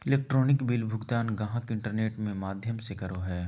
electronic bill भुगतान गाहक internet में माध्यम से करो हइ